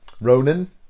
Ronan